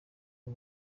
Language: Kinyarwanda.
abo